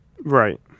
Right